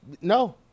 No